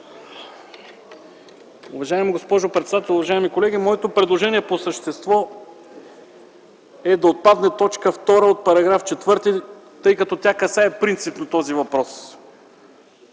Уважаема госпожо председател, уважаеми колеги! Моето предложение по същество е да отпадне т. 2 от § 4, тъй като тя касае принципно този въпрос.